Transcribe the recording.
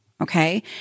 Okay